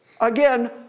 Again